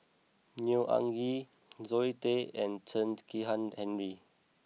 Neo Anngee Zoe Tay and Chen Kezhan Henri